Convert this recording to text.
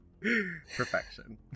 Perfection